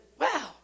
wow